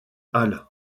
halle